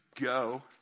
go